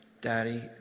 Daddy